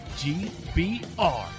GBR